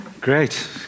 Great